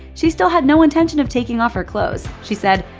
she still had no intention of taking off her clothes. she said,